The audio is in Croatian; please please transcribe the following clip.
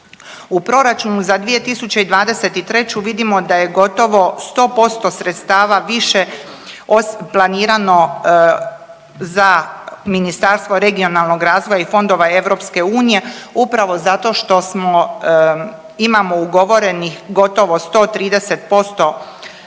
U Proračunu za '23. vidimo da je gotovo 100% sredstava više od planirano za Ministarstvo regionalnog razvoja i fondova EU upravo zato što smo, imamo ugovorenih gotovo 130% raspoloživih